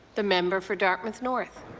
the member for dartmouth north.